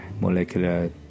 molecular